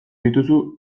dituzu